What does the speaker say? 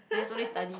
there's only study